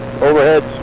overhead